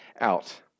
out